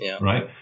right